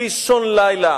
באישון לילה,